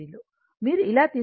మీరు ఇలా తీసుకుంటే j I XL I XL